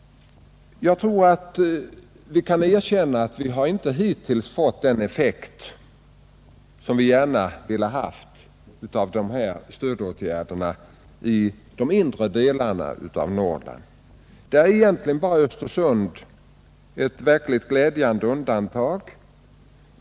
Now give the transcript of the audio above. Jag tror att vi kan erkänna att stödåtgärderna hittills inte har fått den effekt som vi gärna hade velat ha i de inre delarna av Norrland. Det är egentligen bara Östersund som är ett verkligt glädjande undantag.